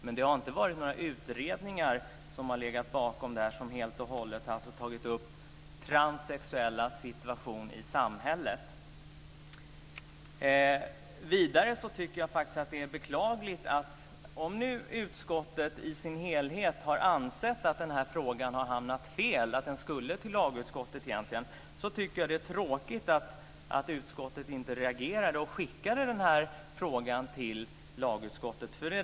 Men det har inte funnits några utredningar som helt och hållet har tagit upp transsexuellas situation i samhället. Om utskottet i sin helhet har ansett att den här frågan har hamnat fel, att den egentligen skulle hamnat i lagutskottet, tycker jag att det är tråkigt att utskottet inte reagerade och skickade frågan till lagutskottet.